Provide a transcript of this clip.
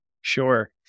Sure